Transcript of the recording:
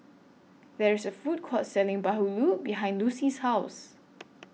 There IS A Food Court Selling Bahulu behind Lucie's House